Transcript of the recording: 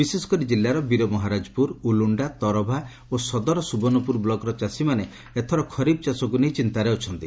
ବିଶେଷକରି କିଲ୍ଲାର ବୀରମହାରାଜପୁର ଉଲୁଖା ତରଭା ଓ ସଦର ସୁବର୍ଶ୍ୱପୁର ବ୍ଲକର ଚାଷୀମାନେ ଏଥରର ଖରିଫ୍ ଚାଷକୁ ନେଇ ଚିନ୍ତାରେ ଅଛନ୍ତି